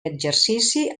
exercici